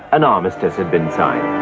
an armistice had been signed.